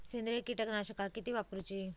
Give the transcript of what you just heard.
सेंद्रिय कीटकनाशका किती वापरूची?